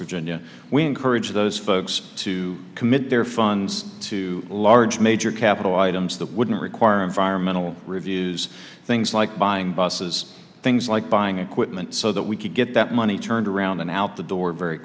virginia we encourage those folks to commit their funds to large major capital items that wouldn't require environmental reviews things like buying buses things like buying equipment so that we could get that money turned around and out the door very